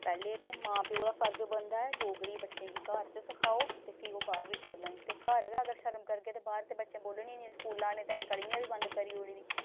पैह्लें ते मां प्यो दा फर्ज बनदा ऐ डोगरी बच्चें गी घर च सखाओ ते फ्ही ओह् बाह्र बी बोलन ते घर गै अगर शर्म करग ते बाह्र ते बच्चें बोलनी निं स्कूल आह्लें ते अज्जकल इ'यां बी बंद करी ओड़ी दी